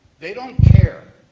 they don't care.